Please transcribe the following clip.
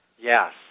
Yes